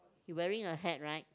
you wearing a hat right